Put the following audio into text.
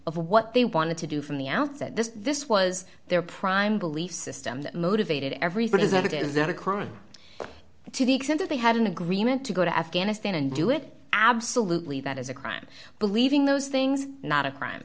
of what they wanted to do from the outset that this was their prime belief system that motivated everybody is that it is not a crime to the extent that they had an agreement to go to afghanistan and do it absolutely that is a crime believing those things not a crime